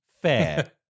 fair